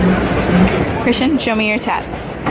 christian show me your tatts